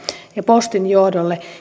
ja postin johdolle